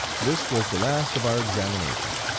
this was the last of our examination.